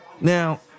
Now